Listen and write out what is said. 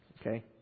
Okay